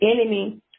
enemy